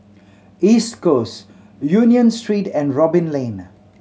East Coast Union Street and Robin Lane